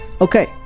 Okay